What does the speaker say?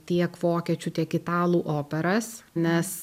tiek vokiečių tiek italų operas nes